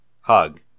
hug